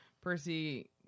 Percy